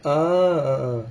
ah ah ah